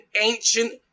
ancient